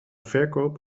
verkoop